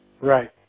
Right